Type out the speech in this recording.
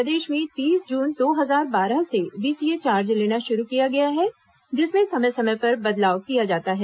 प्रदेश में तीस जून दो हजार बारह से वीसीए चार्ज लेना शुरू किया गया है जिसमें समय समय पर बदलाव किया जाता है